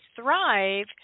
thrive